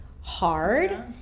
hard